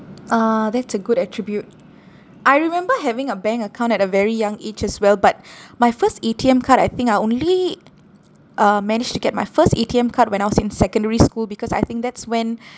a'ah that's a good attribute I remember having a bank account at a very young age as well but my first A_T_M card I think I only uh managed to get my first A_T_M card when I was in secondary school because I think that's when